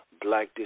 black